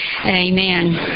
Amen